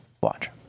Watch